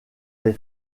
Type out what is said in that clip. des